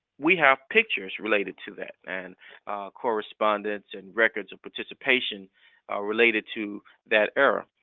we have pictures related to that and correspondence and records of participation related to that era.